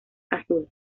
azul